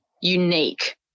unique